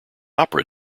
opera